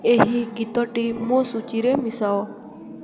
ଏହି ଗୀତଟି ମୋ ସୂଚୀରେ ମିଶାଅ